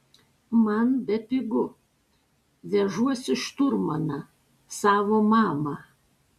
man bepigu vežuosi šturmaną savo mamą